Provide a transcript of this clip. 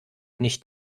nicht